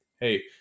Hey